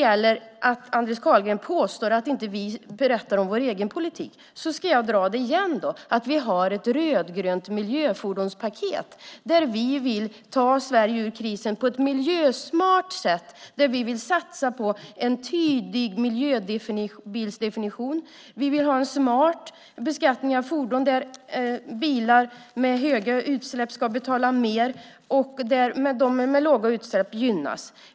Eftersom Andreas Carlgren påstår att vi inte berättar om vår egen politik ska jag dra det igen. Vi har ett rödgrönt miljöfordonspaket där vi på ett miljösmart sätt vill ta Sverige ur krisen. Vi vill satsa på en tydlig miljöbilsdefinition. Vi vill ha en smart beskattning av fordon där bilar med höga utsläpp ska betala mer och de med låga utsläpp gynnas.